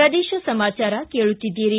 ಪ್ರದೇಶ ಸಮಾಚಾರ ಕೇಳುತ್ತಿದ್ದೀರಿ